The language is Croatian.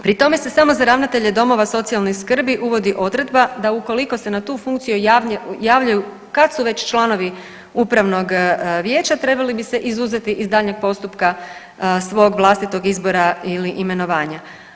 Pri tome se samo za ravnatelje domova socijalne skrbi uvodi odredba da ukoliko se na tu funkciju javljaju kad su već članovi upravnog vijeća trebali bi se izuzeti iz daljnjeg postupka svog vlastitog izbora ili imenovanja.